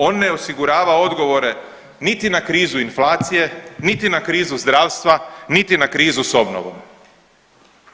On ne osigurava odgovore niti na krizu inflacije, niti na krizu zdravstva, niti na krizu s obnovom,